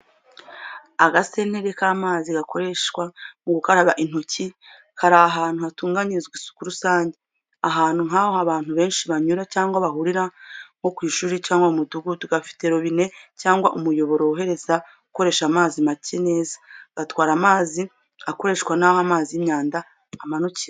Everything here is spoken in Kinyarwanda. Agasantere k'amazi gakoreshwa mu gukaraba intoki, kari ahantu hatunganyirizwa isuku rusange, ahantu nk’aho abantu benshi banyura cyangwa bahurira, nko ku ishuri cyangwa mu mudugudu. Gafite robine cyangwa umuyoboro worohereza gukoresha amazi make neza, gatwara amazi akoreshwa naho amazi y’imyanda amanukira.